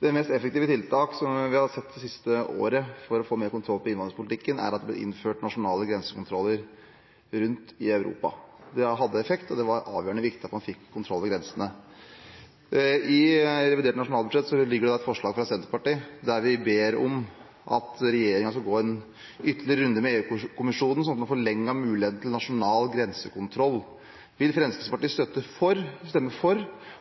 Det mest effektive tiltaket som vi har sett det siste året for å få mer kontroll på innvandringspolitikken, er at det blir innført nasjonale grensekontroller rundt i Europa. Det har hatt effekt, og det var avgjørende viktig at man fikk kontroll ved grensene. Til revidert nasjonalbudsjett ligger det et forslag fra Senterpartiet der vi ber om at regjeringen skal gå en ytterligere runde med EU-kommisjonen, slik at man får forlenget muligheten til nasjonal grensekontroll. Vil Fremskrittspartiet stemme for